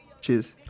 Cheers